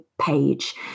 page